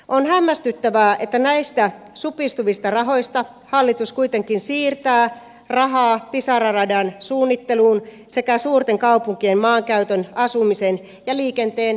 on hämmästyttävää että näistä supistuvista rahoista hallitus kuitenkin siirtää rahaa pisara radan suunnitteluun sekä suurten kaupunkien maankäytön asumisen ja liikenteen kehittämiseen